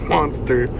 Monster